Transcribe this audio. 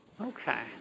Okay